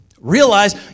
realize